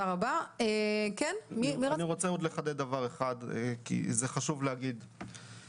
אני רוצה לחדד עוד דבר אחד כי חשוב להגיד את זה.